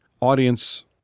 audience